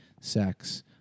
sex